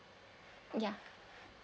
ya